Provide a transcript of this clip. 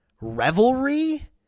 revelry